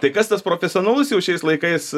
tai kas tas profesionalus jau šiais laikais